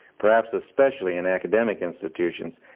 perhaps especially in academic institutions,